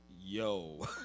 Yo